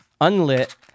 unlit